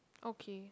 okay